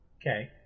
Okay